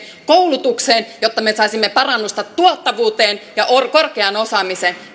koulutukseen jotta me saisimme parannusta tuottavuuteen ja korkeaan osaamiseen